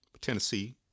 Tennessee